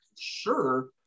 sure